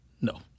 no